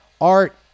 art